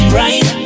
right